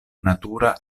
natura